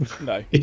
no